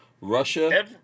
Russia